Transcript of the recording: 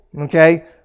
Okay